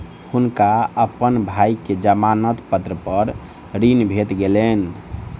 हुनका अपन भाई के जमानत पत्र पर ऋण भेट गेलैन